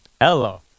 Hello